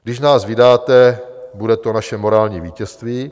Když nás vydáte, bude to naše morální vítězství.